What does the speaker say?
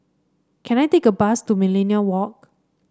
can I take a bus to Millenia Walk